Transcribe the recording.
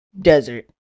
desert